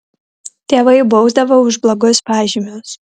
tėvai bausdavo už blogus pažymius